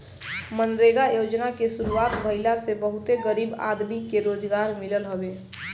मनरेगा योजना के शुरुआत भईला से बहुते गरीब आदमी के रोजगार मिलल हवे